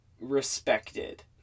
respected